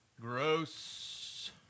Gross